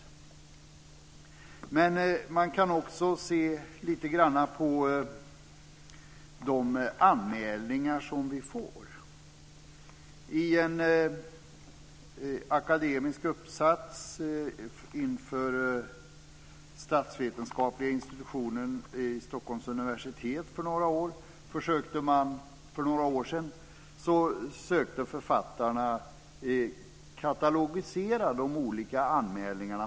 Man kan också se lite grann på de anmälningar som vi får in. I en akademisk uppsats inför statsvetenskapliga institutionen vid Stockholms universitet för några år sedan försökte författarna katalogisera de olika anmälningarna.